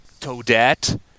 Toadette